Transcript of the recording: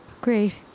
Great